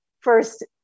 first